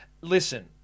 Listen